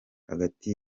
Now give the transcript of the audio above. hagati